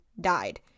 died